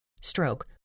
stroke